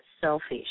selfish